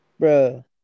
bro